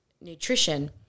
nutrition